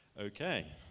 okay